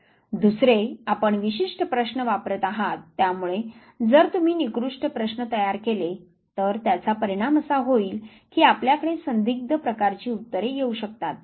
दुसरे आपण विशिष्ट प्रश्न वापरत आहात त्यामुळे जर तुम्ही निकृष्ट प्रश्न तयार केले तर त्याचा परिणाम असा होईल की आपल्याकडे संदिग्ध प्रकारची उत्तरे येऊ शकतात